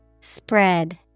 Spread